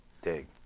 Dig